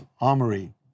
armory